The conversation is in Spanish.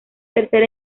tercer